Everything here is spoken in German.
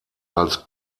als